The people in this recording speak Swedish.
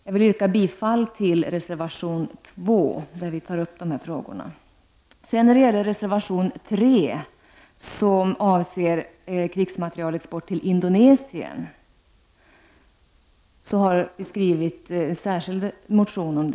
Jag vill yrka bifall till reservation 2, där dessa frågor tas upp. Indonesien. Det har vi skrivit en särskild motion om.